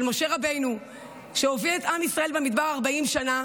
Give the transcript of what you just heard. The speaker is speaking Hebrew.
של משה רבנו שהוביל את עם ישראל במדבר 40 שנה